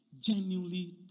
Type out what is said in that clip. Genuinely